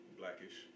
blackish